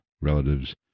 relatives